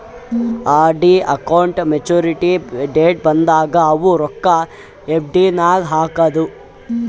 RD account maturity date ಬಂದಾಗ ಅವು ರೊಕ್ಕಾ ಎಫ್.ಡಿ ನಾಗ್ ಹಾಕದು